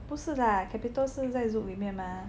不是啦 capital 现在 zouk 里面嘛